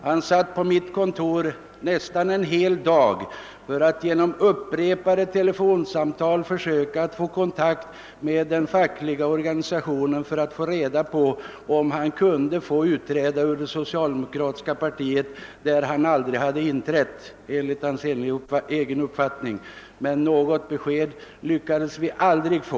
Han satt på mitt kontor nästan en hel dag och försökte vid upprepade telefonsamtal få kontakt med den fackliga organisationen för att få reda på om han fick utträda ur det socialdemokratiska partiet, där han enligt sin egen uppfattning aldrig hade inträtt, men något besked lyckades vi aldrig få.